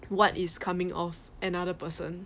what is coming of another person